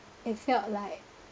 it felt like